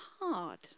hard